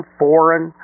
foreign